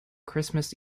christmas